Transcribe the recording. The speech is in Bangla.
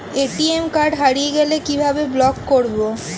এ.টি.এম কার্ড হারিয়ে গেলে কিভাবে ব্লক করবো?